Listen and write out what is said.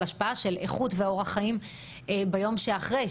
השפעה של איכות ואורח חיים ביום שאחרי,